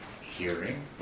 hearing